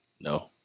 No